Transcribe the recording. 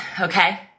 Okay